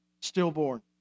stillborn